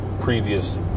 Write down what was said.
previous